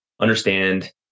understand